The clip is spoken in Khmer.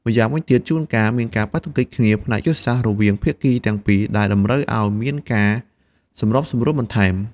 ម្យ៉ាងវិញទៀត ជួនកាលមានការប៉ះទង្គិចគ្នាផ្នែកយុទ្ធសាស្ត្ររវាងភាគីទាំងពីរ ដែលតម្រូវឲ្យមានការសម្របសម្រួលបន្ថែម។